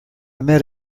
met